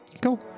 Cool